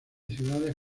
ciudades